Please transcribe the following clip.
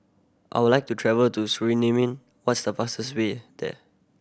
I would like to travel to Suriname what's the fastest way there